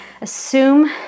Assume